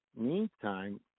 meantime